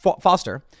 Foster